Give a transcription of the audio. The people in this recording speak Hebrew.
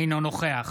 אינו נוכח